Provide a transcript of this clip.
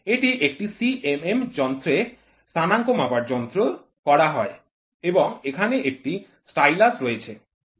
এটি একটি CMM যন্ত্রে স্থানাঙ্ক মাপার যন্ত্র করা হয় এবং এখানে একটি স্টাইলাস রয়েছে